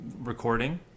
recording